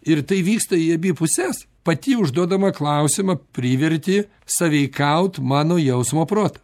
ir tai vyksta į abi puses pati užduodama klausimą priverti sąveikaut mano jausmo protą